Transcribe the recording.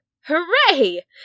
Hooray